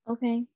Okay